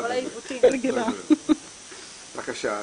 בבקשה.